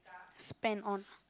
spend on